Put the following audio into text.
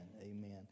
Amen